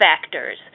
factors